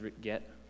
get